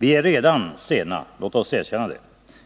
Vi är redan sena — låt oss erkänna